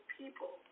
people